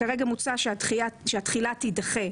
כרגע מוצע שהתחילה תידחה,